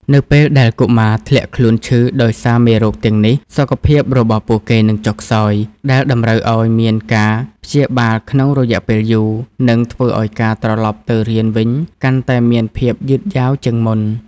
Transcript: នៅពេលដែលកុមារធ្លាក់ខ្លួនឈឺដោយសារមេរោគទាំងនេះ សុខភាពរបស់ពួកគេនឹងចុះខ្សោយ ដែលតម្រូវឱ្យមានការព្យាបាលក្នុងរយៈពេលយូរ និងធ្វើឱ្យការត្រឡប់ទៅរៀនវិញកាន់តែមានភាពយឺតយ៉ាវជាងមុន។